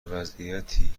وضعیتی